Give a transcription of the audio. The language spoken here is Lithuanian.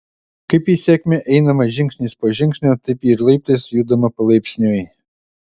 kaip į sėkmę einama žingsnis po žingsnio taip ir laiptais judama palaipsniui